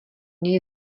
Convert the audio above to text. něj